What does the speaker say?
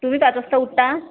तुम्ही पाच वाजता उठता